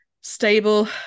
stable